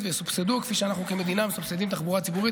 ויסובסדו כפי שאנחנו כמדינה מסבסדים תחבורה ציבורית.